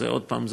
עוד פעם,